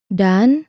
dan